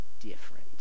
different